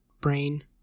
brain